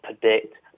predict